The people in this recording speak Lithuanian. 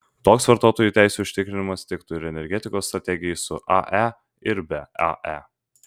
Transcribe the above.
toks vartotojų teisių užtikrinimas tiktų ir energetikos strategijai su ae ir be ae